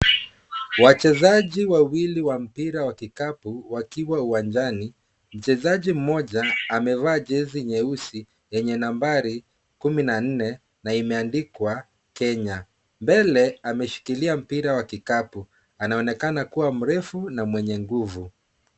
Wachezaji wawili wa mpira wa kikapu wakiwa uwanjani, mchezaji mmoja amevaa jezi nyeusi yenye nambari kumi na nne na imeandikwa Kenya. Mbele ameshikilia mpira wa kikapu anaonekana kuwa mrefu na mwenye nguvu.